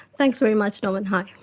thanks very much norman, hi.